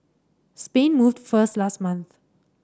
Spain moved first last month